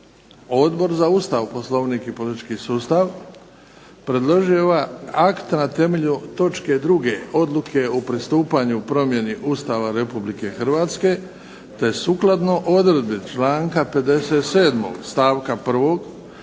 Odbor za Ustav, Poslovnik i politički sustav predložio je ovaj akt na temelju točke 2. Odluke o pristupanju promjeni Ustava Republike Hrvatske te sukladno odredbi članka 57. stavka 1.